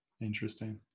Interesting